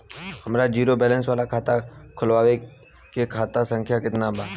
हमार zero balance वाला खतवा के खाता संख्या केतना बा?